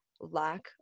lack